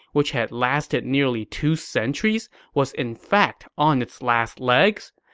which had lasted nearly two centuries, was in fact on its last legs?